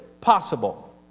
possible